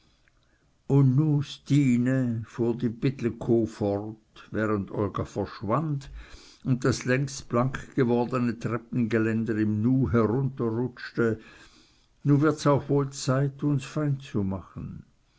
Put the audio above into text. und nu stine fuhr die pittelkow fort während olga verschwand und das längst blankgewordene treppengeländer im nu herunterrutschte nu wird's auch wohl zeit uns fein zu machen